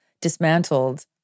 dismantled